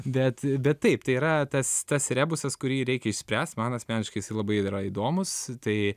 bet bet taip tai yra tas tas rebusas kurį reikia išspręst man asmeniškai labai įdomūs tai